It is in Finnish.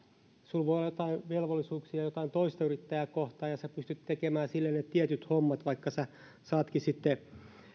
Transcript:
olla jotain velvollisuuksia jotain toista yrittäjää kohtaan ja pystyt tekemään hänelle ne tietyt hommat vaikka saatkin sitten